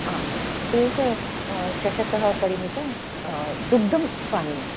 आ एकः चषकः परिमित दुग्धं पानीयम्